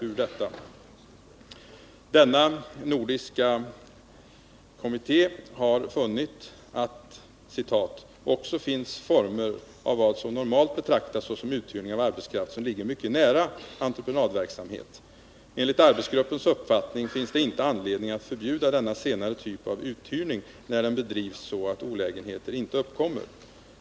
”Arbetsgruppen har emellertid vid sina överväganden funnit att det också finns former av vad som normalt betraktas såsom uthyrning av arbetskraft som ligger mycket nära entreprenadverksamhet. Enligt arbetsgruppens uppfattning finns det inte anledning att förbjuda denna senare typ av uthyrning när den bedrivs så att olägenheter inte uppkommer.